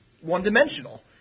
one-dimensional